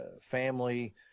family